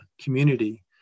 community